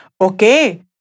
Okay